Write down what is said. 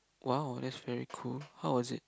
!wow! that's very cool how was it